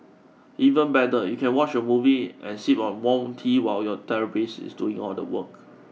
even better you can watch a movie and sip on warm tea while your therapist is doing all the work